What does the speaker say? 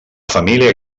família